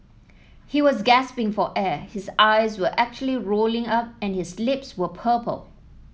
he was gasping for air his eyes were actually rolling up and his lips were purple